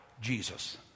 Jesus